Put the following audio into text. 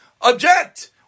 object